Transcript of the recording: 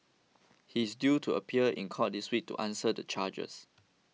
he is due to appear in court this week to answer the charges